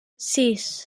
sis